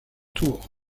tours